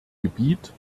gebiet